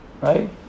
right